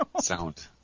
Sound